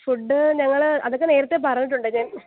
food ഞങ്ങൾ അതൊക്കെ നേരത്തെ പറഞ്ഞിട്ടുണ്ട് ഞാൻ